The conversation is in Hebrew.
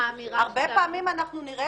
הרבה פעמים אנחנו נראה